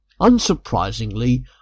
Unsurprisingly